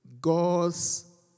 God's